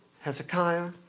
Hezekiah